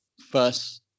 first